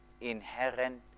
inherent